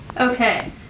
Okay